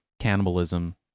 cannibalism